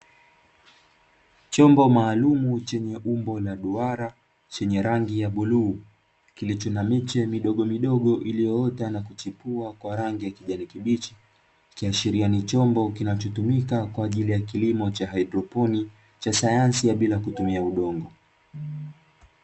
Chombo maalumu chenye umbo la duara chenye rangi ya bluu kilicho na miche midogomidogo iliyoota na kuchepua kwa rangi ya kijani kibichi, ikiashiria kilimo cha haidroponi cha sayansi ya bila kutumia udongo.